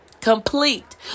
complete